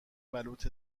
بلوط